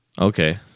Okay